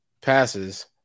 passes